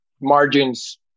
margins